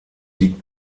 liegt